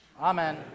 amen